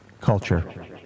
Culture